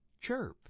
Chirp